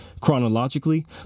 Chronologically